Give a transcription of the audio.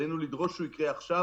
עלינו לדרוש שהוא יקרה עכשיו.